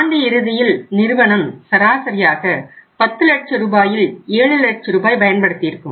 ஆண்டு இறுதியில் நிறுவனம் சராசரியாக 10 லட்ச ரூபாயில் 7 லட்ச ரூபாய் பயன்படுத்தியிருக்கும்